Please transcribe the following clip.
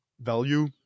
value